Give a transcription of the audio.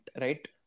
right